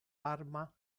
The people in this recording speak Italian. parma